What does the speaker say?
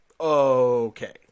Okay